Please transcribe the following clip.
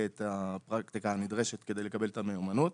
את הפרקטיקה הנדרשת כדי לקבל את המיומנות.